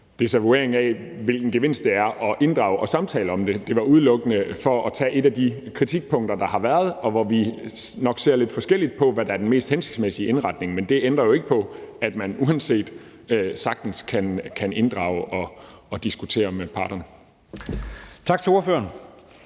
en desavouering af, hvilken gevinst det er at inddrage parterne og samtale om det. Det var udelukkende for at tage et af de kritikpunkter, der har været, og hvor vi nok ser lidt forskelligt på, hvad der er den mest hensigtsmæssige indretning. Men det ændrer jo ikke på, at man alligevel sagtens kan inddrage og diskutere med parterne. Kl. 14:57 Anden